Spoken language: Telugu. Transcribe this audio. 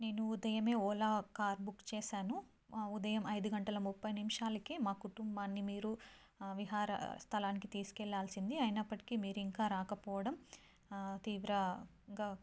నేను ఉదయమే ఓలా కార్ బుక్ చేశాను ఉదయం ఐదు గంటల ముప్పై నిమిషాలకే మా కుటుంబాన్ని మీరు విహార స్థలానికి తీసుకెళ్ళాల్సింది అయినప్పటికీ మీరు ఇంకా రాకపోవడం తీవ్రంగా